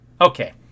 Okay